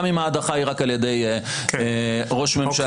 גם אם ההדחה היא רק על ידי ראש ממשלה.